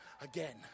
again